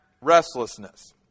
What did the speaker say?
restlessness